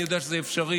אני יודע שזה אפשרי,